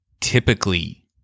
Typically